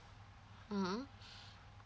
mmhmm